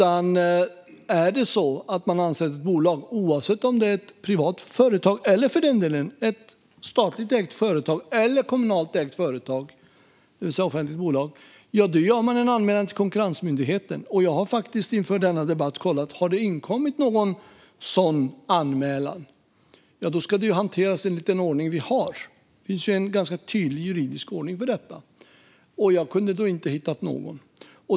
Anser man att så har skett i ett bolag, oavsett om det är ett privat företag eller ett statligt eller kommunalt ägt företag, det vill säga ett offentligt bolag, gör man en anmälan till konkurrensmyndigheten. Jag har inför denna debatt kollat om det har inkommit någon sådan anmälan. I så fall ska den hanteras enligt den ordning vi har; det finns en ganska tydlig juridisk ordning för detta. Men jag kunde inte hitta någon.